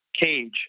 cage